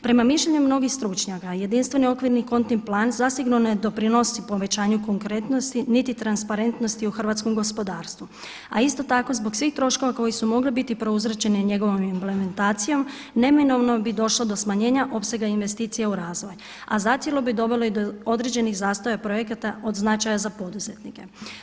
Prema mišljenju mnogih stručnjaka jedinstveni okvirni kontni plan zasigurno nedoprinosi povećanju konkretnosti niti transparentnosti u hrvatskom gospodarstvu a isto tako zbog svih troškova koji su mogli biti prouzročeni njegovom implementacijom neminovno bi došlo do smanjenja opsega investicija u razvoju a zacijelo bi dovelo i do određenih zastoja projekata od značaja za poduzetnike.